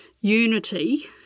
unity